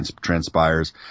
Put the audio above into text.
transpires